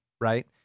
Right